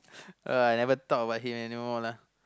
uh I ever thought about it anymore lah